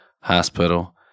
hospital